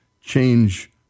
change